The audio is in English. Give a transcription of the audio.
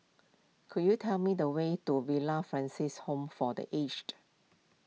could you tell me the way to Villa Francis Home for the Aged